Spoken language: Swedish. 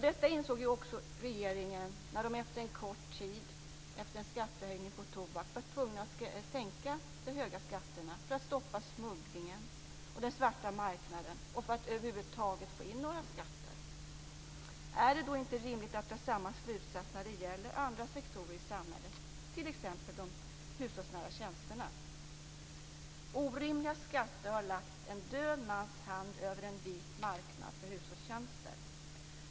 Detta insåg också regeringen när den en kort tid efter en skattehöjning på tobak var tvungen att sänka de höga skatterna för att stoppa smugglingen och den svarta marknaden och för att över huvud taget få in några skatter. Är det då inte rimligt att dra samma slutsats när det gäller andra sektorer i samhället, t.ex. de hushållsnära tjänsterna? Orimliga skatter har lagt en död mans hand över en vit marknad för hushållstjänster.